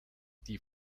die